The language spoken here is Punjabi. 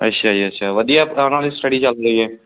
ਅੱਛਾ ਜੀ ਅੱਛਾ ਵਧੀਆ ਉਹਨਾਂ ਦੀ ਸਟਡੀ ਚੱਲ ਰਹੀ ਹੈ